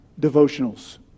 devotionals